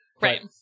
Right